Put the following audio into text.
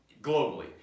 globally